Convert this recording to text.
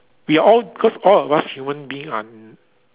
we are all because all of us human being are